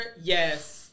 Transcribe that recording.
Yes